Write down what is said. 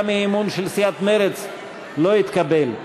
גם האי-אמון של סיעת מרצ לא התקבל.